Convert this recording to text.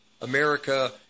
America